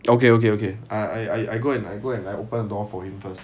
okay okay okay I I go and I go and I open the door for him first